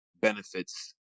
benefits